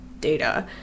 data